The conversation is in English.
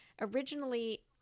originally